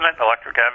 Electric